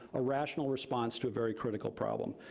a rational response to a very critical problem.